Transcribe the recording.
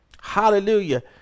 Hallelujah